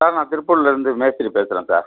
sir நான் திருப்பூர்லேருந்து மேஸ்திரி பேசுகிறேன் சார்